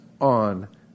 on